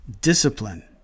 discipline